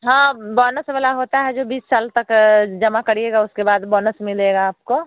हाँ बॉनस मिला होता है जो बीस साल तक जमा करिएगा उसके बाद बोनस मिलेगा आपको